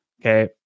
Okay